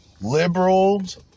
Liberals